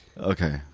Okay